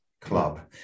club